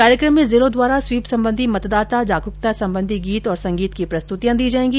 कार्यक्रम में जिलों द्वारा स्वीप संबंधी मतदाता जागरूकता संबंधी गीत और संगीत की प्रस्तुतियां दी जाएगी